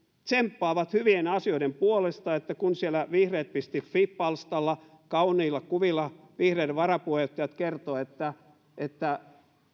tsemppaavat hyvien asioiden puolesta niin että kun siellä vihreat fi palstalla kauniilla kuvilla vihreiden varapuheenjohtajat kertovat että että